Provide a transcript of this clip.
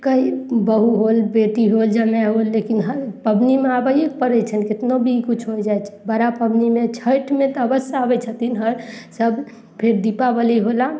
कही बहु होल बेटी होल जमाइ होल लेकिन हर पबनीमे आबैए के पड़य छनि केतनो भी कुछ हो जाइ छनि बड़ा पबनीमे छैठमे तऽ अवश्य आबय छथिन हर सभ फेर दिपावली होला